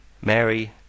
mary